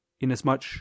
inasmuch